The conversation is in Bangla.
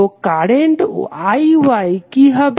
তো কারেন্ট IY কি হবে